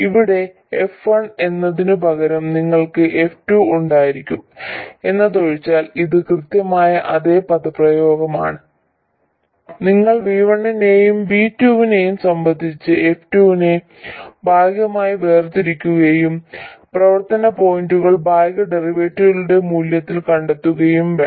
ഇവിടെ f1 എന്നതിനുപകരം നിങ്ങൾക്ക് f2 ഉണ്ടായിരിക്കും എന്നതൊഴിച്ചാൽ ഇത് കൃത്യമായ അതേ പദപ്രയോഗമാണ് നിങ്ങൾ V1 നെയും V2 നെയും സംബന്ധിച്ച് f2 നെ ഭാഗികമായി വേർതിരിക്കുകയും പ്രവർത്തന പോയിന്റുകളിൽ ഭാഗിക ഡെറിവേറ്റീവുകളുടെ മൂല്യങ്ങൾ കണ്ടെത്തുകയും വേണം